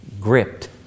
gripped